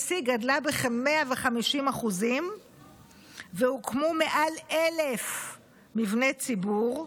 C גדלה בכ-150% והוקמו מעל 1,000 מבני ציבור,